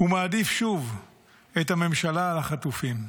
הוא מעדיף שוב את הממשלה על החטופים,